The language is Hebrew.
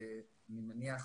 אני מניח,